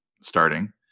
starting